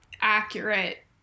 accurate